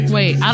Wait